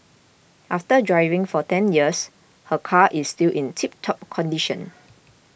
after driving for ten years her car is still in tip top condition